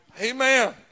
Amen